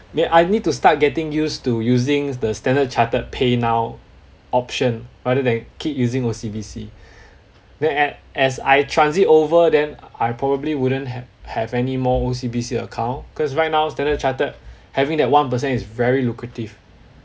and I need to start getting used to using the standard chartered paynow option rather than keep using O_C_B_C then a~ as I transit over then I probably wouldn't have have anymore O_C_B_C account cause right now standard chartered having that one percent is very lucrative